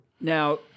Now